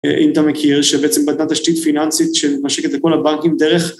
אם אתה מכיר שבעצם בנתה תשתית פיננסית שנושקת לכל הבנקים דרך